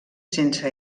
sense